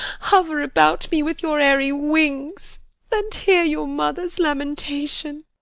hover about me with your airy wings and hear your mother's lamentation!